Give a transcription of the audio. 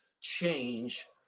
change